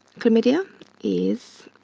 chlamydia is